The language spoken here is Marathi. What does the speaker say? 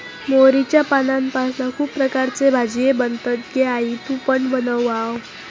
मोहरीच्या पानांपासना खुप प्रकारचे भाजीये बनतत गे आई तु पण बनवना